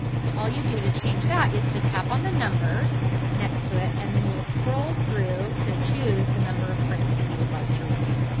so all you do to change that is to tap on the number next to it, and then you'll scroll through to choose the number of prints that you would like to receive.